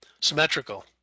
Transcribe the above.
symmetrical